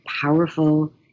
powerful